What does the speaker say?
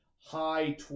high